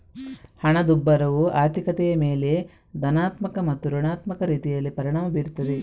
ಹಣದುಬ್ಬರವು ಆರ್ಥಿಕತೆಯ ಮೇಲೆ ಧನಾತ್ಮಕ ಮತ್ತು ಋಣಾತ್ಮಕ ರೀತಿಯಲ್ಲಿ ಪರಿಣಾಮ ಬೀರುತ್ತದೆ